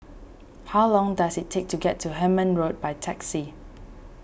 how long does it take to get to Hemmant Road by taxi